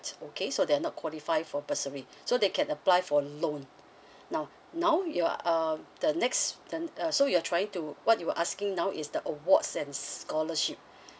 okay so they're not qualify for bursary so they can apply for loan now now you are the next the uh so you're trying to what you asking now is the awards and scholarship